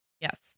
Yes